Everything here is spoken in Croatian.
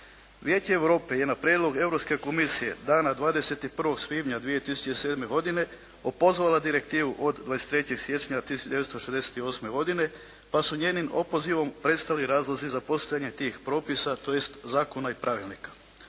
Vijeće Europe je na prijedlog Europske komisije dana 21. svibnja 2007. godine opozvala Direktivu od 23. siječnja 1968. godine pa su njenim opozivom prestali razlozi za postojanje tih propisa, tj. zakona i pravilnika.